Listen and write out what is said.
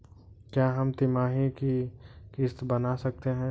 क्या हम तिमाही की किस्त बना सकते हैं?